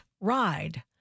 ride